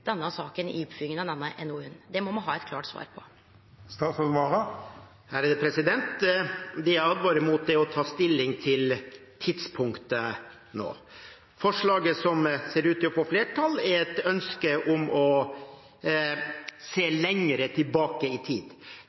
denne saka i samband med denne NOU-en. Det må me ha eit klart svar på. Det jeg advarer mot, er å ta stilling til det tidspunktet nå. Forslaget som ser ut til å få flertall, er et ønske om å se lenger tilbake i tid.